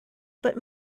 but